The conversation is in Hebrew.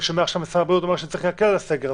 שומע עכשיו שמשרד הבריאות אומר שצריך להקל על הסגר.